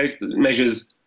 measures